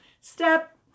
step